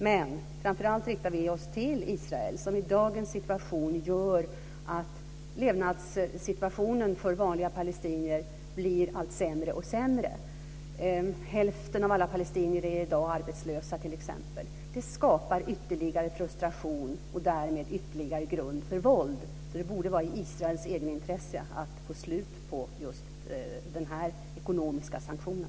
Men framför allt riktar vi oss till Israel, som i dagens situation gör så att levnadssituationen för vanliga palestinier blir sämre och sämre. Hälften av alla palestinier är t.ex. i dag arbetslösa. Det skapar ytterligare frustration och därmed en ytterligare grund för våld. Det borde alltså ligga i Israels eget intresse att få slut på just den här ekonomiska sanktionen.